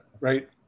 Right